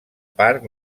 parc